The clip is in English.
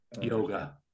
Yoga